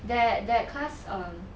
that that class um